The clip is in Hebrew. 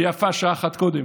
ויפה שעה אחת קודם.